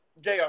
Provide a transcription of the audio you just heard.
JR